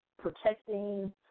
protecting